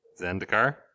Zendikar